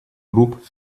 групп